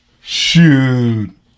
Shoot